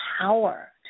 power